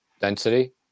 density